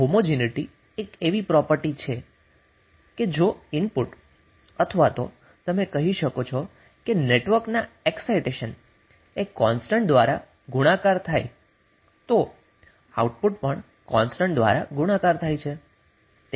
homogeneity એક એવી property છે કે જો ઇનપુટ અથવા તો તમે કહી શકો કે નેટવર્ક ના એક્સાઇટેશન એ કોન્સ્ટન્ટ દ્વારા ગુણાકાર થાય તો આઉટપુટ પણ કોન્સ્ટન્ટ દ્વારા ગુણાકાર થાય છે